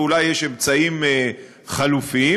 ואולי יש אמצעים חלופיים,